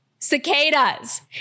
cicadas